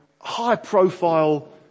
high-profile